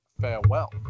farewell